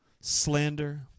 slander